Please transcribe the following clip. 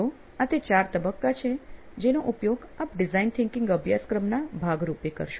તો આ તે ચાર તબક્કા છે જેનો ઉપયોગ આપ ડિઝાઇન થીંકીંગ અભ્યાસક્રમના ભાગ રૂપે કરશો